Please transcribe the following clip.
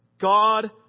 God